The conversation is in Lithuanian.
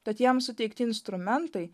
tad jam suteikti instrumentai